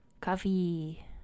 Coffee